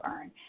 earn